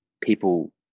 people